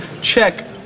Check